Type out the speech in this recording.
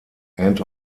end